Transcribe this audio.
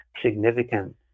significant